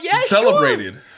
celebrated